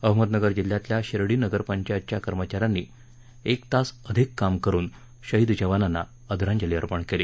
अहमदनगर जिल्ह्यातील शिर्डी नगरपंचायतच्या कर्मचाऱ्यांनी एक तास अधिक काम करुन शहीद जवानांना श्रद्वांजली अर्पण केली